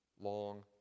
long